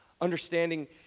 Understanding